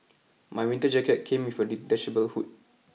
my winter jacket came with a detachable hood